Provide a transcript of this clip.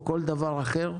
או כל דבר אחר,